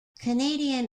canadian